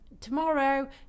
tomorrow